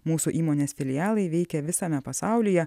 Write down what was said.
mūsų įmonės filialai veikia visame pasaulyje